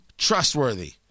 Trustworthy